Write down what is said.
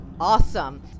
awesome